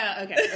Okay